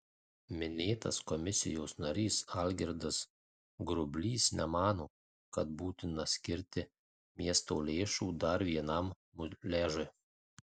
minėtos komisijos narys algirdas grublys nemano kad būtina skirti miesto lėšų dar vienam muliažui